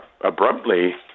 abruptly